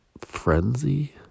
frenzy